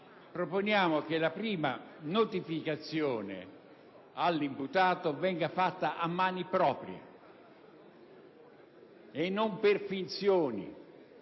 idea è che la prima notificazione all'imputato venga fatta a mani proprie e non per finzioni.